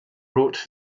wrote